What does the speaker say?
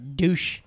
douche